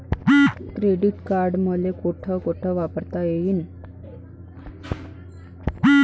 Credit card मले कोठ कोठ वापरता येईन?